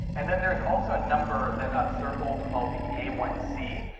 and then there is also number that i've circled called the a one c.